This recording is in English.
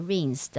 Rings